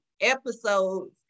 episodes